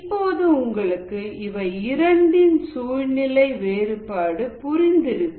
இப்போது உங்களுக்கு இவை இரண்டின் சூழ்நிலை வேறுபாடு புரிந்திருக்கும்